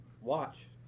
watch